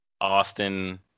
Austin